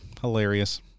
Hilarious